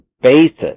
basis